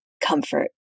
comfort